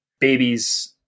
babies